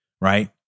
right